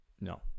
No